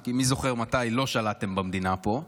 כי מי זוכר מתי לא שלטתם במדינה פה,